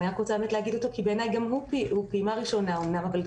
אני רוצה לומר אותו כי בעיניי גם אמנם הוא פעימה ראשונה - הוא